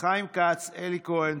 חיים כץ, אלי כהן,